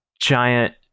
giant